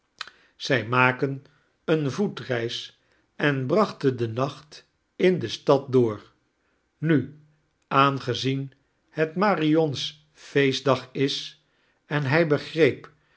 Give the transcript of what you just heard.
zij maken eene voetreds en brachten den nacht in de stad door nu aangezien het marion's feestdag is en hij begreep